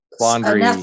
laundry